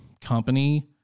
company